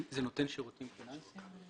זה נותן שירותים פיננסיים?